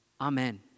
Amen